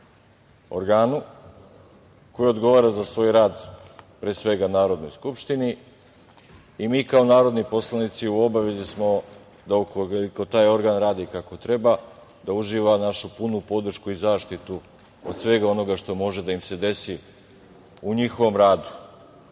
organu koji odgovara za svoj rad, pre svega Narodnoj skupštini. Mi kao narodni poslanici u obavezi smo da ukoliko taj organ radi kako treba, da uživa našu punu podršku i zaštitu od svega onoga što može da im se desi u njihovom radu. Da